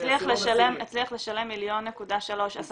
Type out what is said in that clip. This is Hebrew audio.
הצליח לשלם 1.3 מיליון.